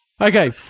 Okay